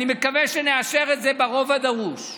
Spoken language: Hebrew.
אני מקווה שנאשר את זה ברוב הדרוש,